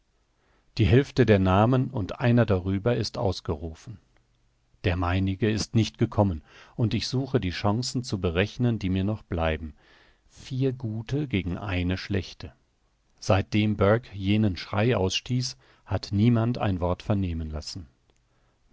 die hälfte der namen und einer darüber ist ausgerufen der meinige ist nicht gekommen und ich suche die chancen zu berechnen die mir noch bleiben vier gute gegen eine schlechte seitdem burke jenen schrei ausstieß hat niemand ein wort vernehmen lassen